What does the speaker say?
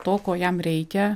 to ko jam reikia